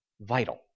vital